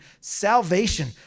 salvation